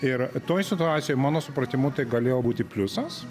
ir toj situacijoj mano supratimu tai galėjo būti pliusas